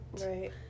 Right